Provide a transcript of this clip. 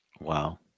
Wow